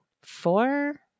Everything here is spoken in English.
four